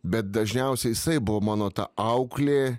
bet dažniausiai jisai buvo mano ta auklė